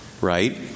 Right